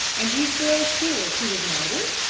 and you feel sure she was murdered?